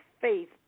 faith